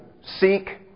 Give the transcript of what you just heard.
seek